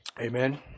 Amen